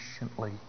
patiently